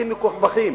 אתם מקופחים.